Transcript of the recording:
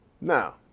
now